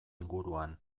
inguruan